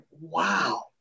wow